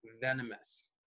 venomous